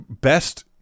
best